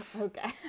okay